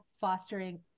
fostering